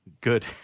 Good